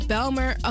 Belmer